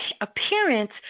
appearance